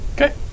Okay